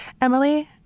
Emily